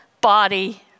body